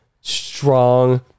strong